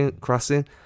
crossing